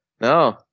No